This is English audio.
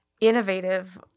innovative